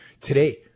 today